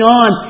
on